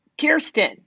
Kirsten